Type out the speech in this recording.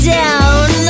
down